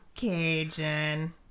cajun